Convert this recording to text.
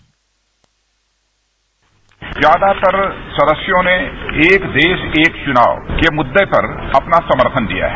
bite ज्यादातर सदस्यों ने एक देश एक चुनाव के मुद्दे पर अपना समर्थन दिया है